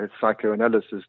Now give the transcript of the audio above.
psychoanalysis